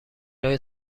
های